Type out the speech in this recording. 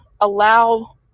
allow